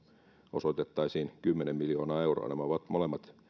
osoitettaisiin kymmenen miljoonaa euroa nämä molemmat ovat